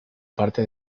parte